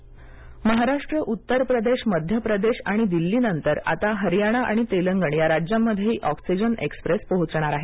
oxygen express Maharashtra Uttar Pradesh Madhya Pradesh आणि दिल्ली नंतर आता हरियाना आणि तेलंगण या राज्यांमध्येही ऑक्सिजन एक्स्प्रेस पोहोचणार आहे